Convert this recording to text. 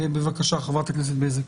בבקשה, חברת הכנסת בזק.